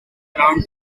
around